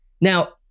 Now